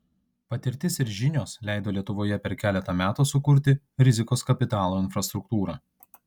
patirtis ir žinios leido lietuvoje per keletą metų sukurti rizikos kapitalo infrastruktūrą